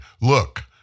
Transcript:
Look